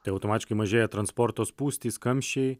tai automatiškai mažėja transporto spūstys kamščiai